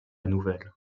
nouvelle